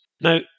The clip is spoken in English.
Now